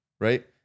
right